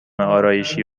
آرایشی